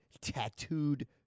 tattooed